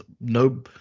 no